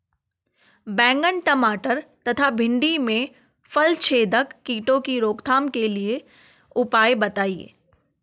बैंगन टमाटर तथा भिन्डी में फलछेदक कीटों की रोकथाम के उपाय बताइए?